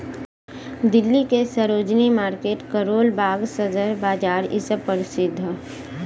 दिल्ली के सरोजिनी मार्किट करोल बाग सदर बाजार इ सब परसिध हौ